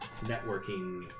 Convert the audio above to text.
networking